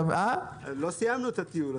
לא סיימנו את הטיול.